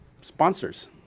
sponsors